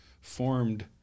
formed